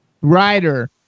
Rider